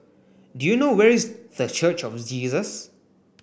do you know where is The Church of Jesus